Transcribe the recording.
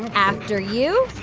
and after you,